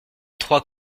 trois